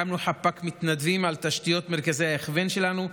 הקמנו חפ"ק מתנדבים על תשתיות מרכזי ההכוון שלנו,